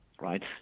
right